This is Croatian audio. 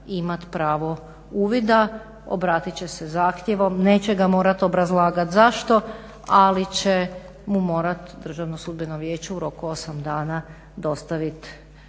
imat pravo uvida, obratit će se zahtjevom, neće ga morat obrazlagat zašto, ali će mu morat Državno sudbeno vijeće u roku 8 dana dostavit